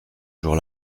jour